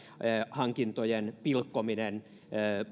hankintojen pilkkominen